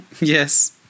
Yes